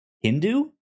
hindu